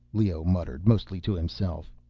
leoh muttered, mostly to himself,